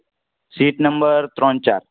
seat number ત્રણ ચાર